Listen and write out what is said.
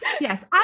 Yes